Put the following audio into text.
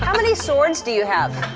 um many swords do you have?